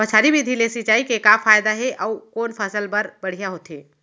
बौछारी विधि ले सिंचाई के का फायदा हे अऊ कोन फसल बर बढ़िया होथे?